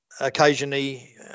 Occasionally